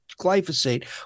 glyphosate